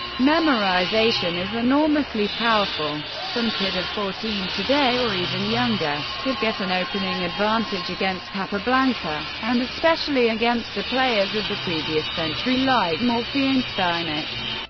memorisation is enormously powerful. some kid of fourteen today, today, or even younger, could get an opening advantage against capablanca, and especially against the players of the previous century, like morphy and steinitz.